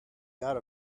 got